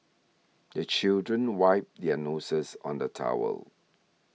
the children wipe their noses on the towel